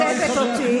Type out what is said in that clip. תתביישי לך.